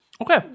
Okay